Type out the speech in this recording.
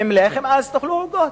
אם אין לחם אז תאכלו עוגות.